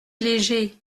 légers